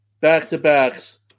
back-to-backs